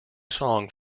song